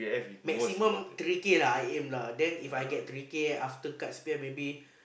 maximum three K lah I aim lah then If I get three K after cuts P_M maybe